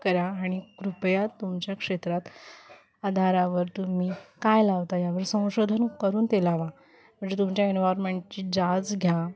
करा आणि कृपया तुमच्या क्षेत्रात आधारावर तुम्ही काय लावता यावर संशोधन करून ते लावा म्हणजे तुमच्या एन्हामेंटची जाच घ्या